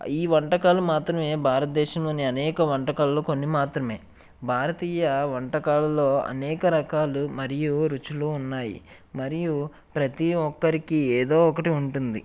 ఈ వంటకాలు మాత్రం భారతదేశంలోని అనేక వంటకాలలో కొన్ని మాత్రమే భారతీయ వంటకాలలో అనేక రకాలు మరియు రుచులు ఉన్నాయి మరియు ప్రతి ఒక్కరికి ఏదో ఒకటి ఉంటుంది